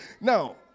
Now